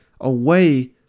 away